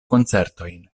koncertojn